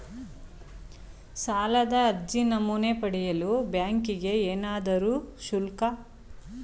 ಸಾಲದ ಅರ್ಜಿ ನಮೂನೆ ಪಡೆಯಲು ಬ್ಯಾಂಕಿಗೆ ಏನಾದರೂ ಶುಲ್ಕ ಪಾವತಿಸಬೇಕೇ?